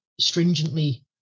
stringently